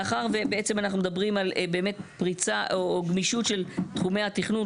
מאחר ובעצם אנחנו מדברים על באמת פריצה או גמישות של תחומי התכנון,